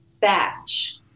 batch